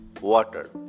water